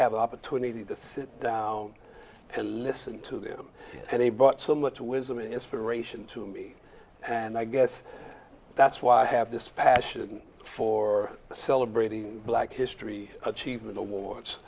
have an opportunity to sit down and listen to them and they brought so much wisdom inspiration to me and i guess that's why i have this passion for celebrating black history achievement awards